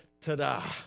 ta-da